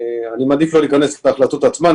אני מעדיף לא להיכנס להחלטות עצמן,